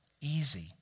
easy